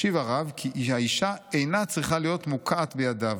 השיב הרב כי האישה אינה צריכה להיות מוקעת בידיו.